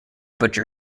butcher